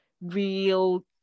real